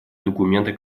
документа